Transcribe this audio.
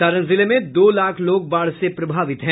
सारण जिले में दो लाख लोग बाढ़ से प्रभावित हैं